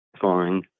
fine